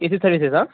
AC సర్వీసెసా